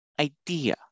idea